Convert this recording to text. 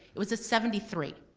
it was a seventy three.